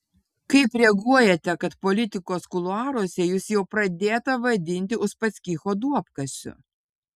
kaip reaguojate kad politikos kuluaruose jus jau pradėta vadinti uspaskicho duobkasiu